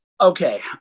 okay